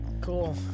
cool